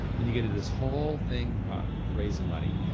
then you get into this whole thing about raising money.